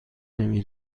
نمی